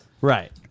Right